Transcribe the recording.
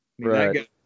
Right